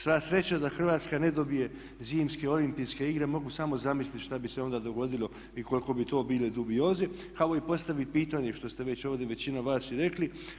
Sva sreća da Hrvatska ne dobije Zimske olimpijske igre, mogu samo zamislit šta bi se onda dogodilo i kolike bi to bile dubioze kao i postavit pitanje što ste već ovdje većina vas i rekli.